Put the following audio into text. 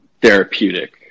therapeutic